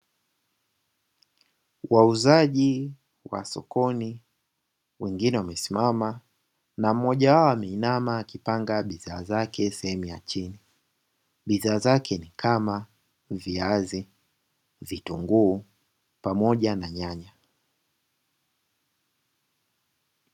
Wauzaji wa sokoni wengine wamesimama na mmoja wao ameinama akipanga bidhaaa zake sehemu ya chini. Bidhaa zake kama: viazi, vitunguu pamoja na nyanya.